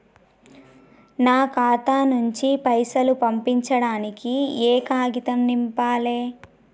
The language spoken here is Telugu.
నా ఖాతా నుంచి పైసలు పంపించడానికి ఏ కాగితం నింపాలే?